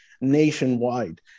nationwide